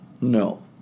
no